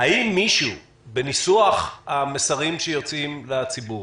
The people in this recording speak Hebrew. האם מישהו בניסוח המסרים שיוצאים לציבור